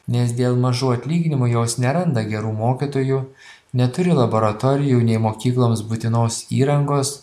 nes dėl mažų atlyginimų jos neranda gerų mokytojų neturi laboratorijų nei mokykloms būtinos įrangos